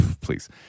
Please